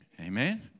Amen